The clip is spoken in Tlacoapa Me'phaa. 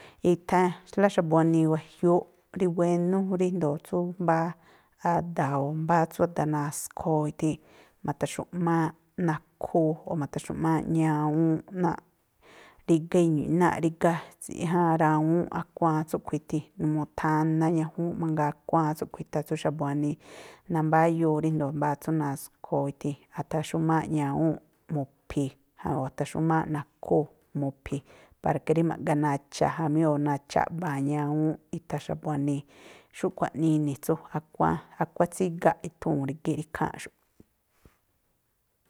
Ithan lá xa̱bu̱ wanii wajiúúꞌ rí wénú ríjndo̱o tsú mbáá ada̱ o̱ mbáá tsú ada̱ naskhoo i̱thii̱, ma̱tha̱xu̱ꞌmááꞌ nakhúú o̱ ma̱tha̱xu̱ꞌmááꞌ ñawúúnꞌ náa̱ꞌ rígá náa̱ rígá rawúúnꞌ akuáán tsúꞌkhui̱ ithii̱. Numuu thana ñajuunꞌ manga akuáán tsúꞌkhui̱ itha tsú xa̱bu̱ wanii. Nambáyuu ríndo̱o mbáá tsú naskhoo ithi, athaxúmááꞌ ñawúúnꞌ mu̱phii̱, o̱ athaxúmááꞌ nakhúu̱ mu̱phi̱, para ke rí ma̱ꞌga nacha̱ jamí o̱ nacha̱ áꞌba̱a̱n ñawúúnꞌ itha xa̱bu̱ wanii. Xúꞌkhui̱ aꞌnii ini̱ tsú akuáán. Akuáán tsígaꞌ i̱thuu̱n rígíꞌ rí ikháa̱nꞌxu̱ꞌ.